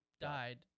died